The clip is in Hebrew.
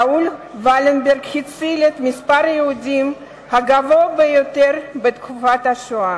ראול ולנברג הציל את מספר היהודים הגדול ביותר בתקופת השואה.